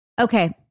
Okay